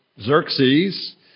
Xerxes